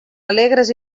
alegres